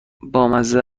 بامزه